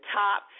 top